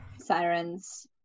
sirens